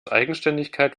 eigenständigkeit